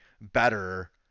better